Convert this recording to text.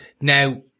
Now